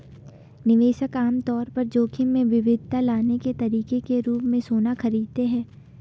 निवेशक आम तौर पर जोखिम में विविधता लाने के तरीके के रूप में सोना खरीदते हैं